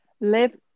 live